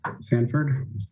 Sanford